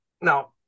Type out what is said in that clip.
now